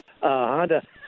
Honda